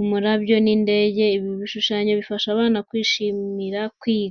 umurabyo n’indege. Ibi bishushanyo bifasha abana kwishimira kwiga.